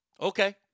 Okay